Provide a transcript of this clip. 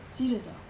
serious ah